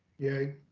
yay.